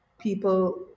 people